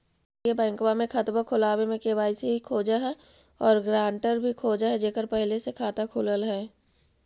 केंद्रीय बैंकवा मे खतवा खोलावे मे के.वाई.सी खोज है और ग्रांटर भी खोज है जेकर पहले से खाता खुलल है?